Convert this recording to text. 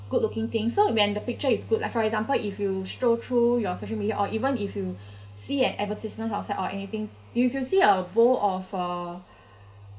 good looking thing so when the picture is good like for example if you stroll through your social media or even if you see an advertisement outside or anything if you see a bowl of uh